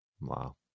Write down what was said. Wow